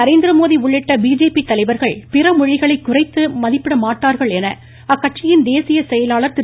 நரேந்திரமோடி உள்ளிட்ட பிஜேபி தலைவர்கள் பிற மொழிகளை குறைத்து மதிப்பிட மாட்டார்கள் என அக்கட்சியின் தேசிய செயலாளர் திரு